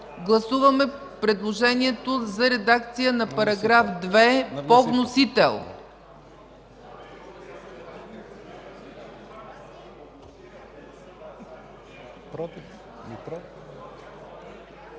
Гласуваме предложението за редакция на § 2 по вносител.